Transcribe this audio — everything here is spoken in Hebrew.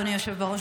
אדוני היושב-ראש,